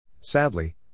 Sadly